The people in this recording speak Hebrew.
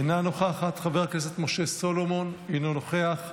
אינה נוכחת, חבר הכנסת משה סולומון, אינו נוכח,